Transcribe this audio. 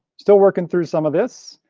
still working through some of this,